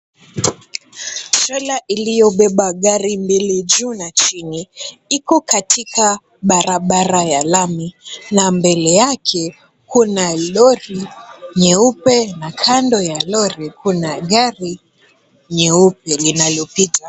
Trela iliyobeba gari mbili juu na chini, iko katika barabara ya lami na mbele yake kuna lori nyeupe na kando ya lori kuna gari nyeupe linalopita.